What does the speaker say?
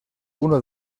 uno